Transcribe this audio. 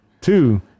Two